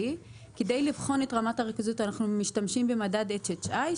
כדי לבחון את רמת הריכוזיות אנחנו משתמשים במדד HHI,